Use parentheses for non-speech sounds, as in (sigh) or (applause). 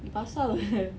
you pasau~ apa (laughs)